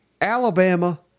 Alabama